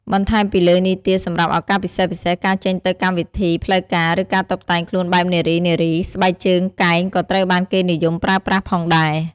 បន្ថែមពីលើនេះទៀត សម្រាប់ឱកាសពិសេសៗ ការចេញទៅកម្មវិធីផ្លូវការ ឬការតុបតែងខ្លួនបែបនារីៗ ស្បែកជើងកែងក៏ត្រូវបានគេនិយមប្រើប្រាស់ផងដែរ។